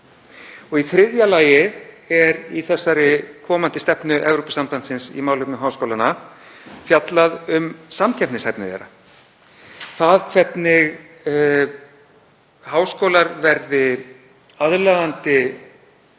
Í þriðja lagi er í þessari komandi stefnu Evrópusambandsins í málefnum háskólanna fjallað um samkeppnishæfni þeirra, það hvernig háskólar verði aðlaðandi